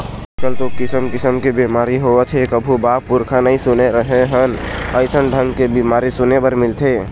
आजकल तो किसम किसम के बेमारी होवत हे कभू बाप पुरूखा नई सुने रहें हन अइसन ढंग के बीमारी सुने बर मिलथे